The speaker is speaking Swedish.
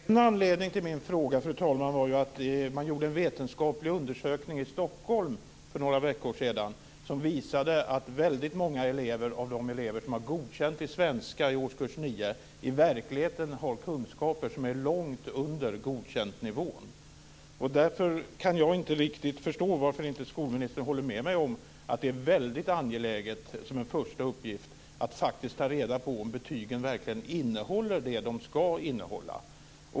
Fru talman! En anledning till min fråga var att det gjordes en vetenskaplig undersökning i Stockholm för några veckor sedan. Den visade att väldigt många av de elever som har godkänt i svenska i årskurs 9 i verkligheten har kunskaper som ligger långt under godkänd nivå. Därför kan jag inte riktigt förstå varför inte skolministern håller med mig om att det som en första uppgift är väldigt angeläget att ta reda på om betygen faktiskt innehåller det som de ska innehålla.